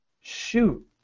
shoot